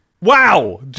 Wow